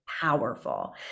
powerful